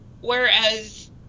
Whereas